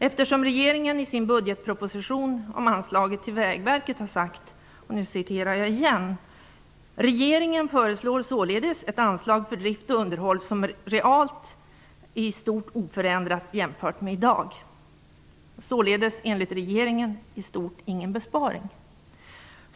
Eftersom regeringen i sin budgetproposition om anslaget till Vägverket har sagt: "Regeringen föreslår således ett anslag för drift och underhåll som realt är i stort oförändrat jämfört med idag." Detta innebär, enligt regeringen, i stort ingen besparing.